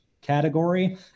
category